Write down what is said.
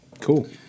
Cool